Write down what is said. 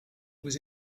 was